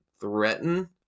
threaten